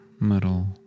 middle